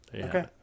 Okay